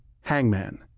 Hangman